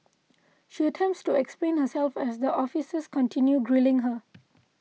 she attempts to explain herself as the officers continue grilling her